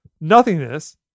nothingness